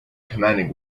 commanding